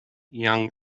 young